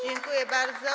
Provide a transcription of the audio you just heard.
Dziękuję bardzo.